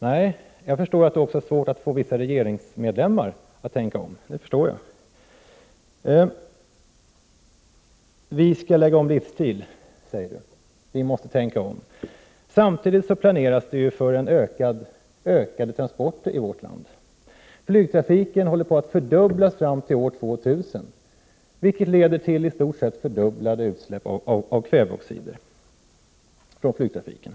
Nej, det är det inte. Jag förstår att det också är svårt att få vissa regeringsmedlemmar att tänka om. Vi skall lägga om vår livsstil, säger miljöministern. Vi måste tänka om. Men samtidigt planeras det för ökade transporter i vårt land. Flygtrafiken håller på att fördubblas — det gäller fram till år 2000 — vilket leder till i stort sett dubbelt så stora utsläpp av kväveoxider från flygtrafiken.